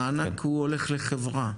מענק הוא הולך לחברה.